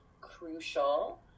crucial